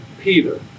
peter